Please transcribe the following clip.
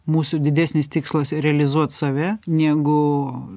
mūsų didesnis tikslas realizuot save negu